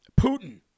Putin